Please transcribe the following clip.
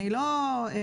אני לא סותרת,